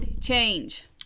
change